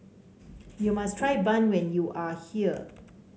you must try bun when you are here